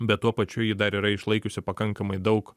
bet tuo pačiu ji dar yra išlaikiusi pakankamai daug